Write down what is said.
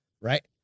right